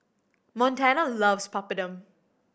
Montana loves Papadum